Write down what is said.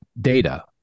data